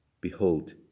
Behold